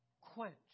quench